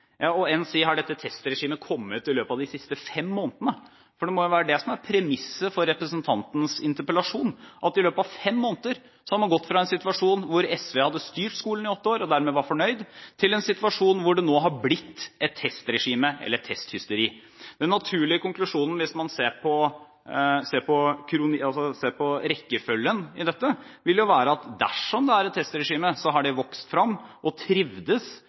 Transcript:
og har dette testregimet kommet i løpet av de siste fem månedene? Det må jo være det som er premisset for representantens interpellasjon – at i løpet av fem måneder har man gått fra en situasjon hvor SV hadde styrt skolen i åtte år og dermed var fornøyd, til en situasjon hvor det nå har blitt et testregime eller et testhysteri. Hvis man ser på rekkefølgen i dette, vil jo den naturlige konklusjonen være at dersom det er et testregime, har det vokst frem og trivdes